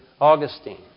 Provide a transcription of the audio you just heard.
Augustine